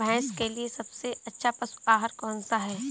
भैंस के लिए सबसे अच्छा पशु आहार कौनसा है?